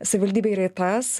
savivaldybė yra ir tas